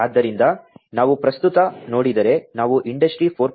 ಆದ್ದರಿಂದ ನಾವು ಪ್ರಸ್ತುತ ನೋಡಿದರೆ ನಾವು ಇಂಡಸ್ಟ್ರಿ 4